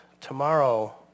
tomorrow